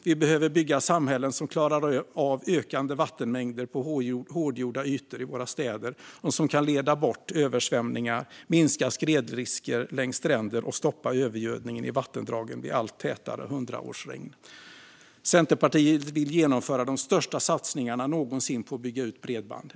Vi behöver bygga samhällen som klarar av ökande vattenmängder på hårdgjorda ytor i våra städer och som kan leda bort översvämningar, minska skredrisker längs stränder och stoppa övergödningen i vattendragen vid allt tätare hundraårsregn. Centerpartiet vill genomföra de största satsningarna någonsin på att bygga ut bredband.